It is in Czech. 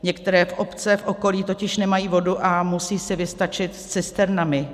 Některé obce v okolí totiž nemají vodu a musí si vystačit s cisternami.